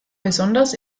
besonders